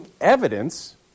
evidence